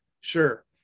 Sure